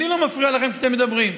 אני לא מפריע לכם כשאתם מדברים.